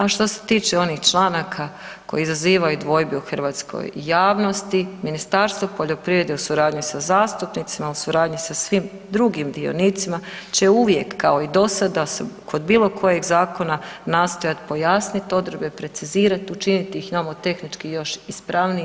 A što se tiče onih članaka koji izazivaju dvojbe u hrvatskoj javnosti Ministarstvo poljoprivrede u suradnji sa zastupnicima, u suradnji sa svim drugim dionicima će uvijek kao i do sada se kod bilo kojeg zakona nastojati pojasniti odredbe, precizirati, učiniti ih nomotehnički još ispravnijim.